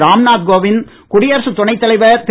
ராம்நாத் கோவிந்த் குடியரசுத் துணைத்தலைவர் திரு